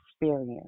experience